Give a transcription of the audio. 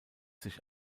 sich